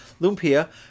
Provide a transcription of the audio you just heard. Lumpia